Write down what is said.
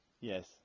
yes